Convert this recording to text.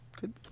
Good